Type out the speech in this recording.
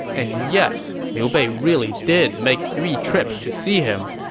and yes, liu bei really did make three trips to see him.